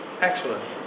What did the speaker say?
Excellent